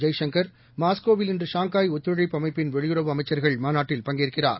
ஜெய்சங்கர் மாஸ்கோவில் இன்று ஷாங்காய் ஒத்துழைப்பு அமைப்பின் வெளியுறவு அமைச்சர்கள் மாநாட்டில் பங்கேற்கிறார்